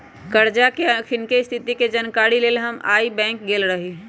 करजा के अखनीके स्थिति के जानकारी के लेल हम आइ बैंक गेल रहि